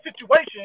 situation